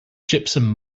gypsum